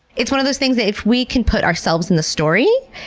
it's one of those things that if we can put ourselves in the story,